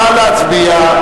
נא להצביע.